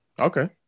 Okay